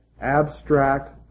abstract